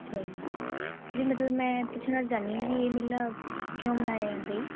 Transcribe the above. ਅੱਛਾ ਜੀ ਵੀ ਮਤਲਵ ਮੈਂ ਪੁੱਛਣਾ ਚਾਹੁੰਦੀ ਆ ਵੀ ਇਹ ਮੇਰਾ ਕਿਉਂ ਮਨਾਇਆ ਜਾਂਦਾ ਜੀ